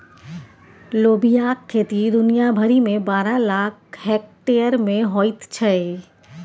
लोबियाक खेती दुनिया भरिमे बारह लाख हेक्टेयर मे होइत छै